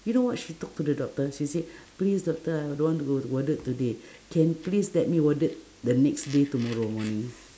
you know what she talk to the doctors she say please doctor I don't want to go to warded today can please let me warded the next day tomorrow morning